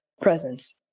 presence